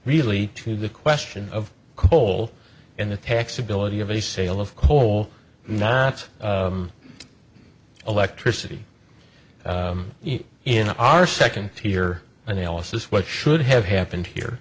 really to the question of coal in the taxability of any sale of coal not electricity in our second tier analysis what should have happened here